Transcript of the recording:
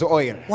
oil